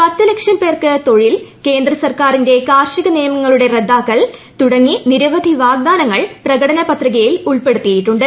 പത്തു ലക്ഷം പേർക്ക് തൊഴിൽ കേന്ദ്ര സർക്കാരിന്റെ കാർഷിക നിയമങ്ങളുടെ റദ്ദാക്കൽ തുടങ്ങി നിരവധി വാഗ്ദാനങ്ങൾ പ്രകടന പത്രികയിൽ ഉൾപ്പെടുത്തിയിട്ടുണ്ട്